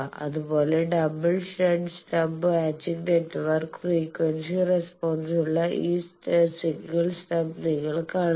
അതുപോലെ double shunt stub matching network frequency റെസ്പോൺസുള്ള ഈ സിംഗിൾ സ്റ്റബ് നിങ്ങൾ കാണുന്നു